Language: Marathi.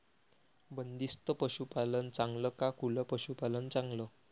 बंदिस्त पशूपालन चांगलं का खुलं पशूपालन चांगलं?